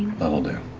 that'll do.